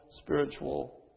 spiritual